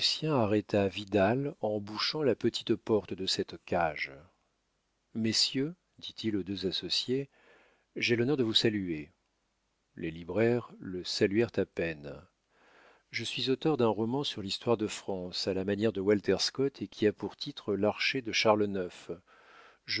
arrêta vidal en bouchant la petite porte de cette cage messieurs dit-il aux deux associés j'ai l'honneur de vous saluer les libraires le saluèrent à peine je suis auteur d'un roman sur l'histoire de france à la manière de walter scott et qui a pour titre l'archer de charles ix